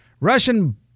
Russian